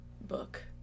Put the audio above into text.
book